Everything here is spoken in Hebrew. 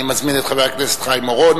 אני מזמין את חבר הכנסת חיים אורון